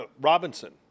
Robinson